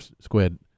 Squid